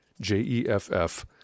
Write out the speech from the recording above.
J-E-F-F